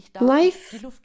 life